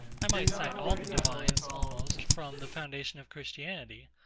i might cite all the divines, almost, from the foundation of christianity,